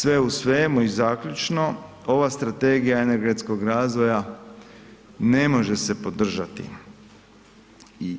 Sve u svemu i zaključno, ova strategija energetskog razvoja ne može se podržati,